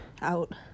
out